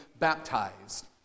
baptized